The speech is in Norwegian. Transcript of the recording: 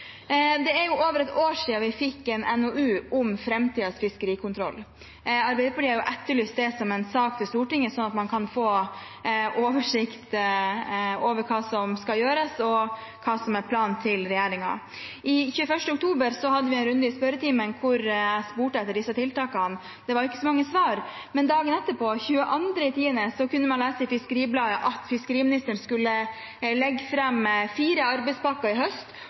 Det er over et år siden vi fikk en NOU om framtidens fiskerikontroll. Arbeiderpartiet har etterlyst det som en sak for Stortinget, slik at man kan få oversikt over hva som skal gjøres, og hva som er planen til regjeringen. 21. oktober hadde vi en runde i spørretimen der jeg spurte etter disse tiltakene. Det var ikke så mange svar, men dagen etter, 22. oktober, kunne man lese i Fiskeribladet at fiskeriministeren skulle legge fram fire arbeidspakker og en helhetlig plan i høst,